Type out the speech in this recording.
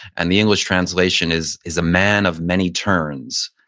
and the english translation is is a man of many turns.